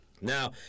Now